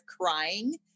crying